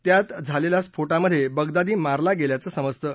त्या झालेल्या स्फोटामधे बगदादी मारला गेल्याचं समजतं